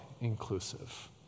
inclusive